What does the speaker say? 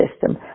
system